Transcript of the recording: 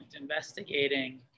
investigating